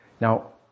Now